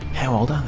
how old